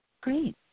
Great